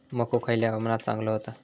मको खयल्या हवामानात चांगलो होता?